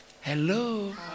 Hello